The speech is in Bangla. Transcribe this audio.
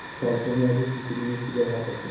স্বল্প মেয়াদী কৃষি ঋণের সুদের হার কত?